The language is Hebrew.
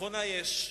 מכונה יש,